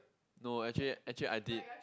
no actually actually I did